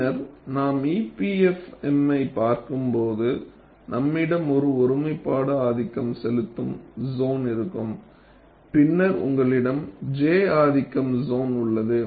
பின்னர் நாம் EPFM ஐப் பார்க்கும்போது நம்மிடம் ஒரு ஒருமைப்பாடு ஆதிக்கம் செலுத்தும் சோன் இருக்கும் பின்னர் உங்களிடம் J ஆதிக்கம் சோன் உள்ளது